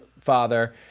father